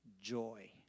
joy